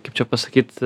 kaip čia pasakyt